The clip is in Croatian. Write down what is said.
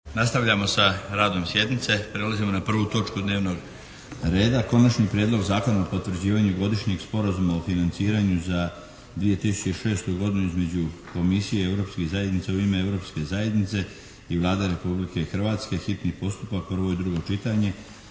Nastavljamo sa radom sjednice. Prelazimo na 1. točku dnevnog reda: 1. Prijedlog zakona o potvrđivanju Godišnjeg sporazuma o financiranju za 2006. godinu između Komisije europskih zajednica u ime Europske zajednice i Vlade Republike Hrvatske, s Konačnim prijedlogom zakona,